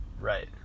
right